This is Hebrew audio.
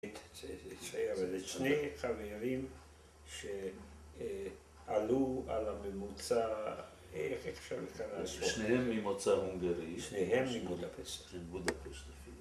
זה שני חברים שעלו על הממוצע, איך אפשר לקרוא? שניהם ממוצא הונגרי. שניהם מבודפשט.